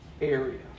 area